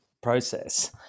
process